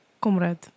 Comrade